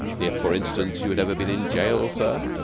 if, for instance, you had ever been in jail, sir?